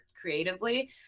creatively